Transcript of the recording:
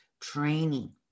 training